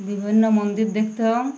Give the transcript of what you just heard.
বিভিন্ন মন্দির দেখতাম